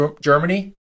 Germany